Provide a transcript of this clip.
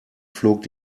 flog